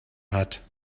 hat